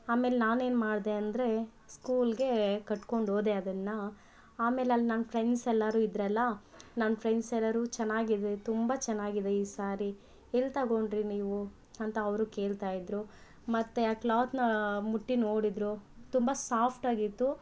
ಆಮೇಲೆ ನಾನೇನು ಮಾಡ್ದೆ ಅಂದರೆ ಸ್ಕೂಲ್ಗೆ ಕಟ್ಕೊಂಡು ಹೋದೆ ಅದನ್ನು ಆಮೇಲೆ ಅಲ್ಲಿ ನನ್ನ ಫ್ರೆಂಡ್ಸ್ ಎಲ್ಲರೂ ಇದ್ರಲ್ಲ ನನ್ನ ಫ್ರೆಂಡ್ಸ್ ಎಲ್ಲರು ಚೆನ್ನಾಗಿದೆ ತುಂಬ ಚೆನ್ನಾಗಿದೆ ಈ ಸಾರಿ ಎಲ್ಲಿ ತೊಗೊಂಡ್ರಿ ನೀವು ಅಂತ ಅವರು ಕೇಳ್ತಾ ಇದ್ರು ಮತ್ತು ಆ ಕ್ಲಾತ್ನ ಮುಟ್ಟಿ ನೋಡಿದ್ರು ತುಂಬ ಸಾಫ್ಟ್ ಆಗಿತ್ತು